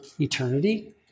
eternity